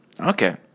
Okay